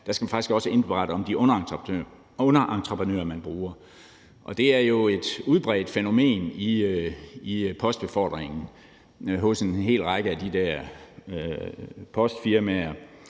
indberetning faktisk også skal indberette de underentreprenører, man bruger. Det er jo et udbredt fænomen i postbefordringen hos en hel række af de der postfirmaer,